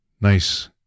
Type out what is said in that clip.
nice